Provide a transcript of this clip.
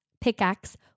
pickaxe